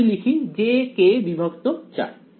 তাই আমি লিখি jk বিভক্ত 4